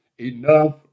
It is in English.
enough